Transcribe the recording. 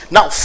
Now